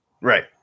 Right